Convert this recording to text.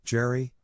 Jerry